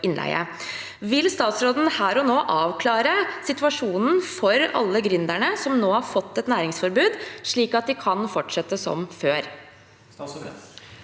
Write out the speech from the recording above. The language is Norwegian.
Vil statsråden her og nå avklare situasjonen for alle gründerne som nå har fått et næringsforbud, slik at de kan fortsette som før?